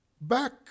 back